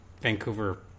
Vancouver